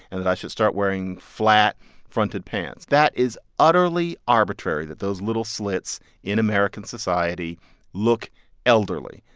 and that i should start wearing flat-fronted pants. that is utterly arbitrary that those little slits in american society look elderly,